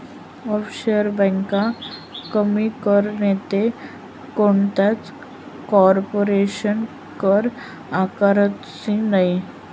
offshore ब्यांका कमी कर नैते कोणताच कारपोरेशन कर आकारतंस नयी